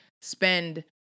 spend